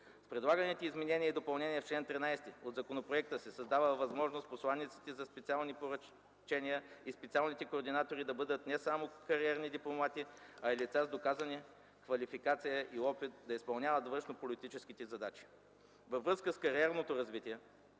С предлаганите изменения и допълнения в чл. 13 от законопроекта се създава възможност посланиците за специални поръчения и специалните координатори да бъдат не само кариерни дипломати, а и лица с доказани квалификация и опит да изпълняват външнополитически задачи. Във връзка с кариерното развитие